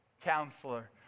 Counselor